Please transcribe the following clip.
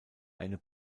eine